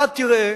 אתה תראה